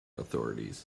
authorities